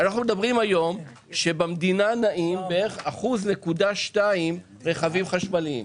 אנחנו מדברים היום שבמדינה נעים בערך 1.2% רכבים חשמליים.